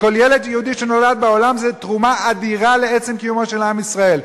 וכל ילד יהודי שנולד בעולם זה תרומה אדירה לעצם קיומו של עם ישראל.